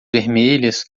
vermelhas